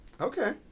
Okay